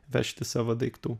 vežti savo daiktų